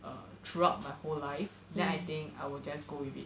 err throughout my whole life then I think I will just go with it